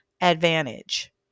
advantage